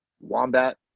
wombat